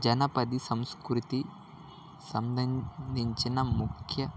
జానపద సంస్కృతి సంబంధించిన ముఖ్య